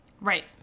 Right